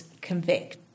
convict